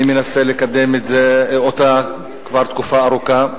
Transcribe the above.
אני מנסה לקדם אותה כבר תקופה ארוכה.